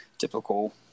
typical